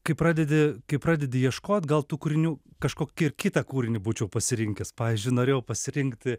kai pradedi kai pradedi ieškot gal tų kūrinių kažkokį ir kitą kūrinį būčiau pasirinkęs pavyzdžiui norėjau pasirinkti